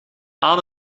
aan